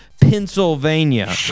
Pennsylvania